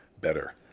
better